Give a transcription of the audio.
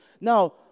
Now